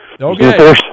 Okay